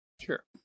Sure